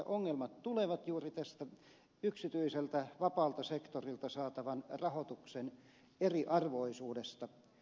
ongelmat tulevat juuri tästä yksityiseltä vapaalta sektorilta saatavan rahoituksen eriarvoisuudesta